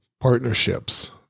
partnerships